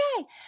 okay